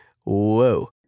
whoa